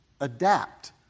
adapt